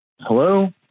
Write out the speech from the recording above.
Hello